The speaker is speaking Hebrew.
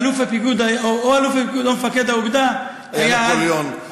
אלוף הפיקוד או מפקד האוגדה היה אז, היה נפוליאון.